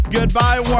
Goodbye